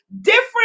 different